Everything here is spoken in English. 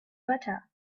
butter